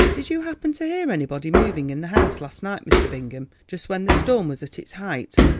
did you happen to hear anybody moving in the house last night, mr. bingham, just when the storm was at its height?